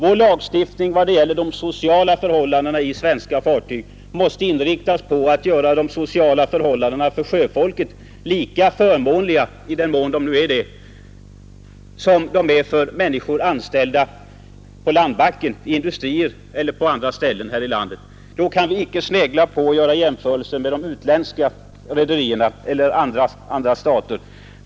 Vår lagstiftning beträffande de sociala förhållandena på svenska fartyg måste inriktas på att göra de sociala förhållandena för sjöfolket lika förmånliga som de är — i den mån de nu är förmånliga — för människor anställda på landbacken, Vi kan icke göra jämförelser med de utländska rederierna och med förhållandena i andra stater.